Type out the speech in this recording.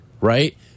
right